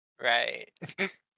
Right